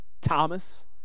Thomas